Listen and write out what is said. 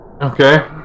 Okay